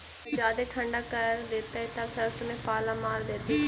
अगर जादे ठंडा कर देतै तब सरसों में पाला मार देतै का?